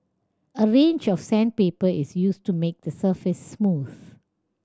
a range of sandpaper is used to make the surface smooth